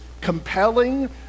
compelling